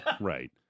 Right